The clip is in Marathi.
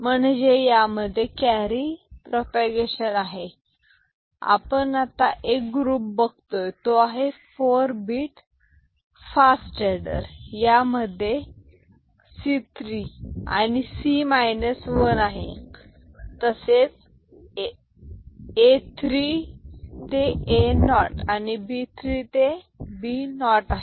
म्हणजे यामध्ये कॅरी प्रोपागेशन आहे आपण आता एक ग्रुप बघतोय तो आहे 4 bit फास्टर यामध्ये C3 आणि सी मायनस वन आहे तसेच A3 ते A0 आणि B3 ते B0 आहेत